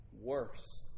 worse